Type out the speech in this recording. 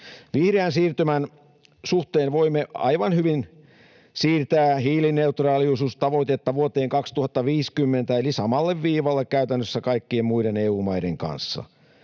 Vihreän siirtymän suhteen voimme aivan hyvin siirtää hiilineutraalisuustavoitetta vuoteen 2050 eli samalle viivalle käytännössä kaikkien muiden EU-maiden kanssa.